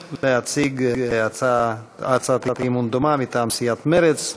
להציג הצעת אי-אמון דומה מטעם סיעת מרצ.